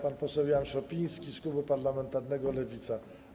Pan poseł Jan Szopiński z klubu parlamentarnego Lewica.